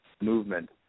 movement